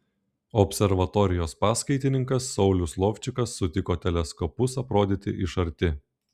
observatorijos paskaitininkas saulius lovčikas sutiko teleskopus aprodyti iš arti